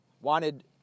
wanted